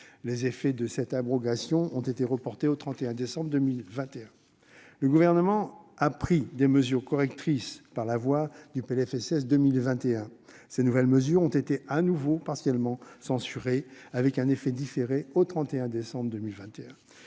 Les effets de cette abrogation ont été reportés au 31 décembre 2020. Le Gouvernement a alors pris des mesures correctrices dans le PLFSS pour 2021. Celles-ci ont été de nouveau partiellement censurées, avec un effet différé au 31 décembre 2021.